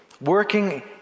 working